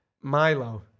Milo